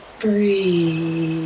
Breathe